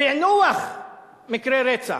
פענוח מקרי רצח.